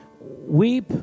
weep